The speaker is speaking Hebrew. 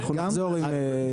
אנחנו נחזור עם תשובה.